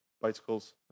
bicycles